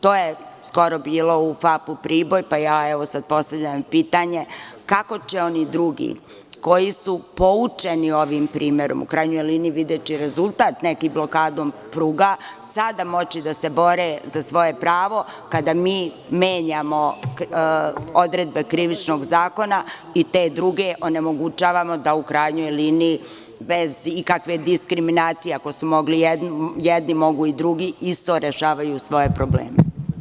To je skoro bilo u FAP-u Priboj, pa ja sad evo postavljam pitanje kako će oni drugi koji su poučeni ovim primerom, u krajnjoj liniji videći rezultat neki blokadom pruga, sada moći da se bore za svoje pravo kada mi menjamo odredbe krivičnog zakona i te druge onemogućavamo da bez ikakve diskriminacije, ako su mogli jedni, mogu i drugi, isto rešavaju svoje probleme.